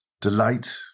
delight